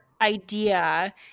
idea